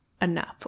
enough